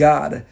God